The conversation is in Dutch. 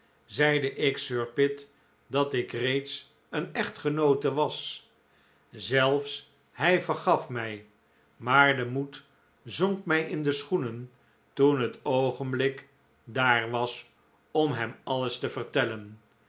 zeide ik sir pitt dat ik reeds een echtgenoote was zelfs hij vergaf mij maar de moed zonk mij in de schoenen toen het oogenblik daar was om hem alles te vertellen